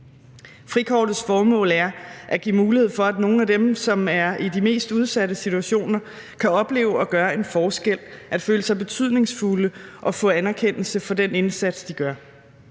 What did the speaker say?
Frikortets formål er at give mulighed for, at nogle af dem, som er i de mest udsatte situationer, kan opleve at gøre en forskel, at føle sig betydningsfulde og få anerkendelse for den indsats, de gør.